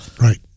Right